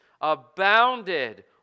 abounded